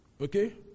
Okay